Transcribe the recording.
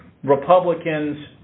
Republicans